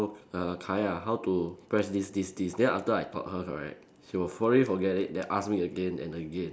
err Kaya how to press this this this then after I taught her correct she would probably forget it and ask me again and again